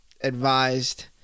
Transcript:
advised